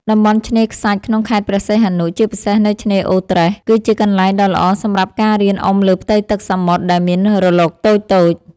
តំបន់ឆ្នេរខ្សាច់ក្នុងខេត្តព្រះសីហនុ ជាពិសេសនៅឆ្នេរអូរត្រេះ គឺជាកន្លែងដ៏ល្អសម្រាប់ការរៀនអុំលើផ្ទៃទឹកសមុទ្រដែលមានរលកតូចៗ។